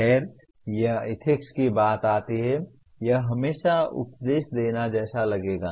खैर यह एथिक्स की बात आती है यह हमेशा उपदेश देने जैसा लगेगा